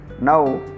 Now